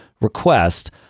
request